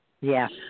Yes